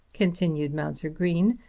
continued mounser green,